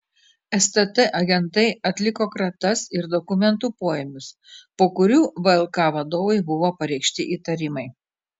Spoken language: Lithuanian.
stt agentai atliko kratas ir dokumentų poėmius po kurių vlk vadovui buvo pareikšti įtarimai